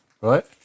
right